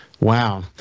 wow